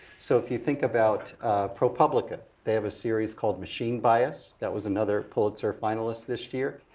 so if you think about propublica, they have a series called machine bias, that was another pulitzer finalist this year.